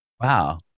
wow